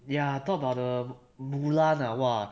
ya lor then ya talk about the mulan ah !wah!